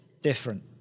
different